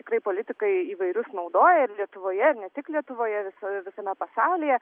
tikrai politikai įvairius naudoja lietuvoje ne tik lietuvoje vis visame pasaulyje